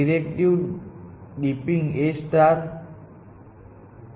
તેને છોડી દો કારણ કે તેમને એજ ની કિંમતકહેતું નથી આ તેને મુખ્યત્વે સ્તર મુજબ જુએ છે